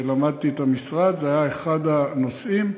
כשלמדתי את המשרד, זה היה אחד הנושאים.